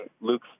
Luke